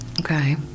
Okay